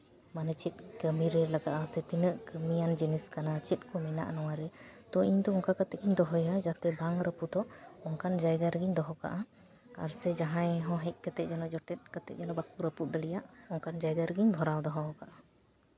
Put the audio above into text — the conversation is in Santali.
ᱢᱟᱱᱮ ᱪᱮᱫ ᱠᱟᱹᱢᱤᱨᱮ ᱞᱟᱜᱟᱜᱼᱟ ᱥᱮ ᱛᱤᱱᱟᱹᱜ ᱠᱟᱹᱢᱤᱭᱟᱱ ᱡᱤᱱᱤᱥ ᱠᱟᱱᱟ ᱪᱮᱫ ᱠᱚ ᱢᱮᱱᱟᱜᱼᱟ ᱱᱚᱣᱟᱨᱮ ᱛᱳ ᱤᱧ ᱫᱚ ᱚᱱᱠᱟ ᱠᱟᱛᱮᱫ ᱜᱤᱧ ᱫᱚᱦᱚᱭᱟ ᱡᱟᱛᱮ ᱵᱟᱝ ᱨᱟᱹᱯᱩᱫᱚᱜ ᱚᱱᱠᱟᱱ ᱡᱟᱭᱜᱟ ᱨᱮᱜᱤᱧ ᱫᱚᱦᱚ ᱠᱟᱜᱼᱟ ᱟᱨ ᱥᱮ ᱡᱟᱦᱟᱸᱭ ᱦᱚᱸ ᱦᱮᱡ ᱠᱟᱛᱮᱫ ᱡᱮᱱᱚ ᱡᱚᱴᱮᱫ ᱠᱟᱛᱮᱫ ᱡᱮᱱᱚ ᱵᱟᱠᱚ ᱨᱟᱹᱯᱩᱫ ᱫᱟᱲᱮᱭᱟᱜ ᱚᱱᱠᱟᱱ ᱡᱟᱭᱜᱟ ᱨᱮᱜᱤᱧ ᱵᱷᱚᱨᱟᱣ ᱫᱚᱦᱚ ᱠᱟᱜᱼᱟ